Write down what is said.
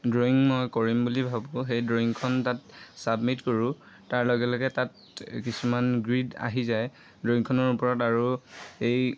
drawing মই কৰিম বুলি ভাবোঁ সেই ড্ৰয়িংখন তাত ছাবমিট কৰোঁ তাৰ লগে লগে তাত কিছুমান গ্ৰীড আহি যায় ড্ৰয়িংখনৰ ওপৰত আৰু এই